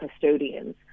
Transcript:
custodians